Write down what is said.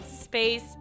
Space